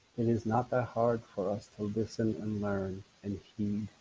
it is not that hard for us to listen and learn and heed.